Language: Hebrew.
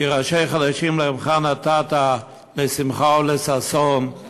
כי "ראשי חדשים לעמך נתת", לשמחה ולששון,